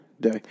day